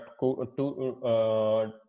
two